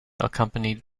accompanied